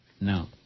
No